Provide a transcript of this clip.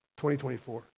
2024